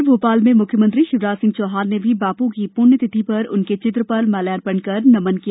इधर भोपाल में मुख्यमंत्री शिवराज सिंह चौहान ने भी बापू की पुण्य तिथि पर उनके चित्र पर माल्यार्पण कर नमन किया